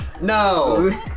No